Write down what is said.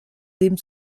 dem